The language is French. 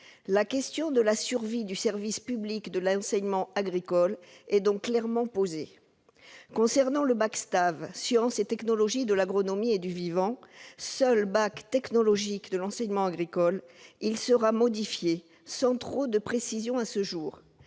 La question de la survie du service public de l'enseignement agricole est donc clairement posée. Concernant le baccalauréat sciences et technologies de l'agronomie et du vivant, ou STAV, seul baccalauréat technologique de l'enseignement agricole, il sera modifié, sans que l'on dispose de